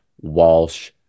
Walsh